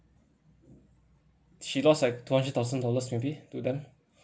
she lost like two hundred thousand dollars maybe to them